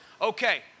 Okay